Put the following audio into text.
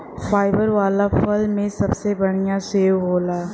fibre वाला फल में सबसे बढ़िया सेव होला